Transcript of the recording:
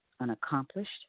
unaccomplished